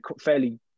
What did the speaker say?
fairly